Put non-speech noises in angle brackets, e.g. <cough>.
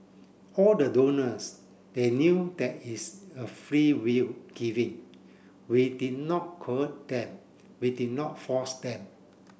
all the donors they knew that it's a freewill giving we did not <unintelligible> them we did not force them